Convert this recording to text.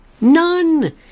None